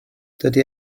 dydy